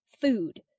food